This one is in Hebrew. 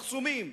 מחסומים,